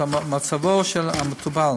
כשמצבו של המטופל